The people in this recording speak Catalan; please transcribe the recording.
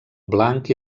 blanc